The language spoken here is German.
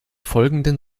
folgenden